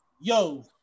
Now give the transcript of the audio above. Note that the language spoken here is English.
yo